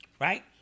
Right